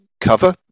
cover